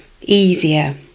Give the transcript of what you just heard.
easier